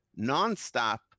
nonstop